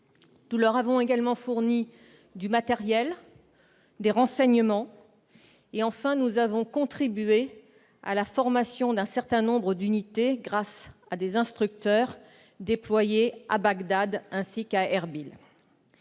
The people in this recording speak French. Nous leur avons également fourni du matériel et des renseignements. Enfin, nous avons contribué à la formation d'un certain nombre d'unités, grâce à des instructeurs déployés à Bagdad et à Erbil.